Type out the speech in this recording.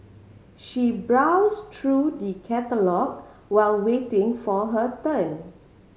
she browsed through the catalogue while waiting for her turn